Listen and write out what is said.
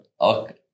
Okay